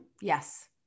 Yes